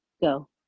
go